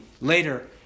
later